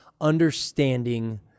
understanding